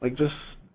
like just